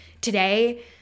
today